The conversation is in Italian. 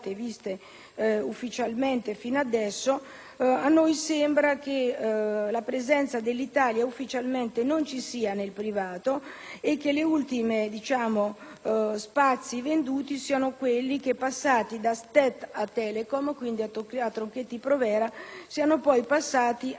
ufficialmente fino adesso, a noi sembra che l'Italia non sia ufficialmente presente nel privato e che gli ultimi spazi venduti siano quelli che, passati da STET a Telecom, quindi a Tronchetti Provera, siano poi passati alla